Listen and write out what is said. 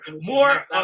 more